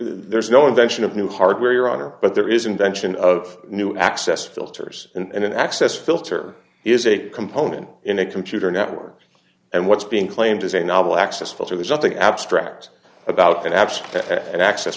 there's no invention of new hardware your honor but there is invention of new access filters and an access filter is a component in a computer network and what's being claimed as a novel access filter there's nothing abstract about